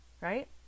right